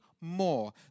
more